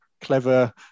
clever